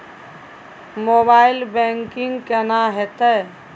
Mobile banking केना हेते?